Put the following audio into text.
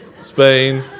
Spain